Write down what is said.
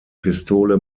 pistole